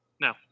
No